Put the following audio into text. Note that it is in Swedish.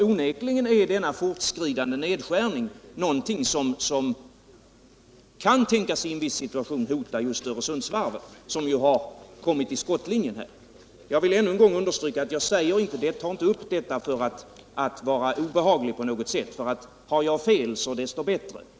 Onekligen är denna fortskridande nedskärning någonting som kan tänkas i en viss situation hota just Öresundsvarvet, som har kommit i skottlinjen här. Jag vill än en gång understryka att jag inte tar upp detta för att på något sätt vara obehaglig. Har jag fel så desto bättre.